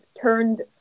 turned